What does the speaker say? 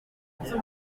bonyine